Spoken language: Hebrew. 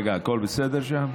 רגע, הכול בסדר שם?